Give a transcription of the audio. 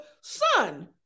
son